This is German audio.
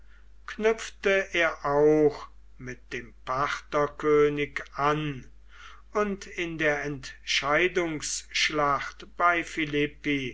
knüpfte er auch mit dem partherkönig an und in der entscheidungsschlacht bei